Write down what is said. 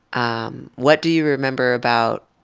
um what do you remember about